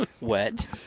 Wet